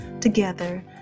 together